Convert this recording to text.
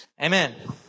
Amen